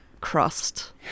crust